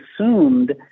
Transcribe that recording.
assumed